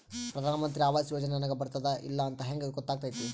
ಪ್ರಧಾನ ಮಂತ್ರಿ ಆವಾಸ್ ಯೋಜನೆ ನನಗ ಬರುತ್ತದ ಇಲ್ಲ ಅಂತ ಹೆಂಗ್ ಗೊತ್ತಾಗತೈತಿ?